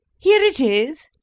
here it is.